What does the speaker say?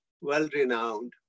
well-renowned